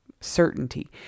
certainty